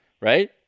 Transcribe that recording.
right